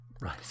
Right